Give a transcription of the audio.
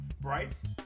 Bryce